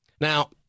Now